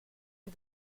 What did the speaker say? est